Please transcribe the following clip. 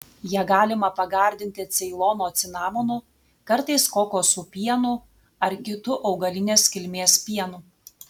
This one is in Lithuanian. ją galima pagardinti ceilono cinamonu kartais kokosų pienu ar kitu augalinės kilmės pienu